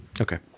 Okay